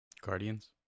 Guardians